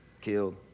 Killed